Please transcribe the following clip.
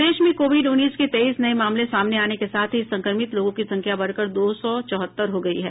प्रदेश में कोविड उन्नीस के तेईस नये मामले सामने आने के साथ ही संक्रमित लोगों की संख्या बढ़कर दो सौ चौहत्तर हो गयी है